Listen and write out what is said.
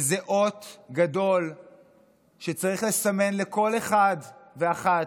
וזה אות גדול שצריך לסמן לכל אחד ואחת